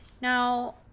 Now